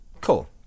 Cool